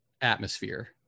atmosphere